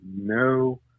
no